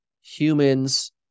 humans